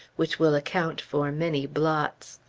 which will account for many blots.